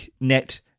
net